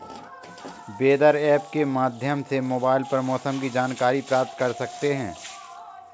weather app के माध्यम से मोबाइल पर मौसम की जानकारी प्राप्त कर सकते हैं